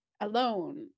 alone